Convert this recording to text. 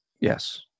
Yes